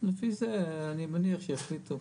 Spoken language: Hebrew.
לפי זה אני מניח שיחליטו.